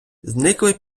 зникли